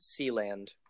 Sealand